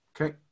Okay